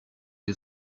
les